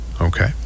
Okay